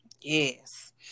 Yes